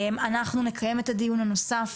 אנחנו נקיים את הדיון הנוסף.